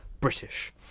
British